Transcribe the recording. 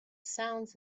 sounds